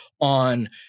on